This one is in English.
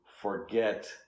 forget